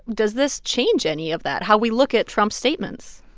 does this change any of that how we look at trump's statements?